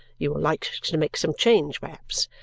you will like to make some change, perhaps?